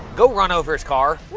go run over his car.